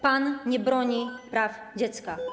Pan nie broni praw dziecka.